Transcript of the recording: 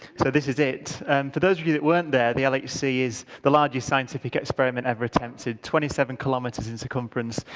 so this is it. and for those of you that weren't there, the like lhc is the largest scientific experiment ever attempted twenty seven kilometers in circumference.